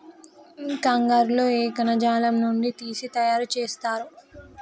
కంగారు లో ఏ కణజాలం నుండి తీసి తయారు చేస్తారు?